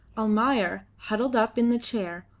almayer, huddled up in the chair,